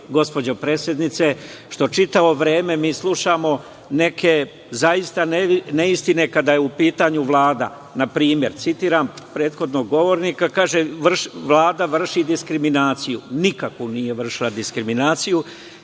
gospođo predsednice, što čitavo vreme mi slušamo neke zaista neistine kada je u pitanju Vlada. Na primer, citiram prethodnog govornika, kaže – Vlada vrši diskriminaciju. Nikakvu nije vršila diskriminaciju,